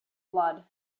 blood